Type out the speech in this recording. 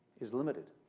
is limited.